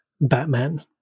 Batman